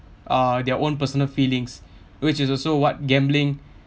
uh their own personal feelings which is also what gambling